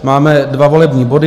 Máme dva volební body.